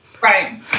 Right